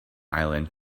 island